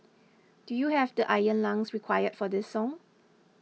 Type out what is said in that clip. do you have the iron lungs required for this song